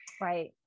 Right